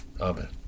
amen